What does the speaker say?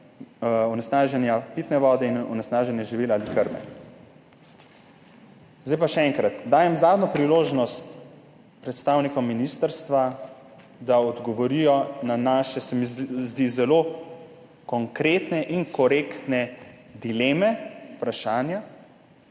onesnaženja pitne vode, /…/ onesnaženja živil ali krme.« Zdaj pa še enkrat dajem zadnjo priložnost predstavnikom ministrstva, da odgovorijo na naše, se mi zdi, zelo konkretne in korektne dileme, vprašanja,